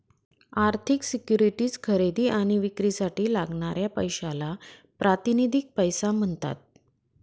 आर्थिक सिक्युरिटीज खरेदी आणि विक्रीसाठी लागणाऱ्या पैशाला प्रातिनिधिक पैसा म्हणतात